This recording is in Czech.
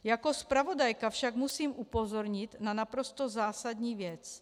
Jako zpravodajka však musím upozornit na naprosto zásadní věc.